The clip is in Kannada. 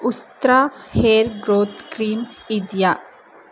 ಉಸ್ತ್ರಾ ಹೇರ್ ಗ್ರೋತ್ ಕ್ರೀಮ್ ಇದೆಯಾ